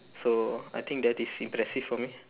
so I think that is impressive for me